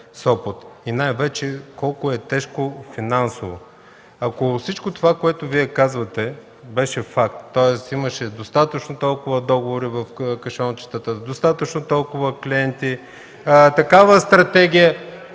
– Сопот, и най-вече колко е тежко финансово. Ако всичко това, което Вие казвате, беше факт, тоест имаше достатъчно договори в кашончетата, достатъчно клиенти, такава стратегия,